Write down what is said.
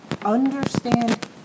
Understand